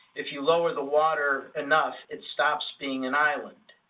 if you lower the water enough, it stops being an island.